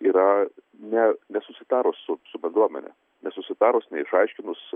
yra ne nesusitarus su su bendruomene nesusitarus neišaiškinus